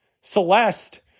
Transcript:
Celeste